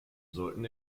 sollten